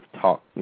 talk